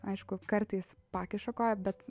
aišku kartais pakiša koją bet